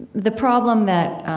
the problem that,